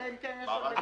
אלא אם כן יש עוד הערות.